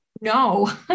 no